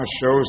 shows